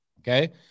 okay